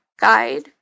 guide